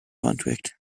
contract